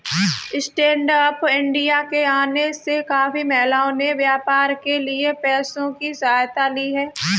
stand up India के आने से काफी महिलाओं ने व्यापार के लिए पैसों की सहायता ली है